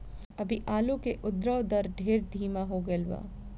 अभी आलू के उद्भव दर ढेर धीमा हो गईल बा